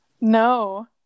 No